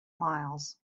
miles